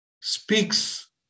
speaks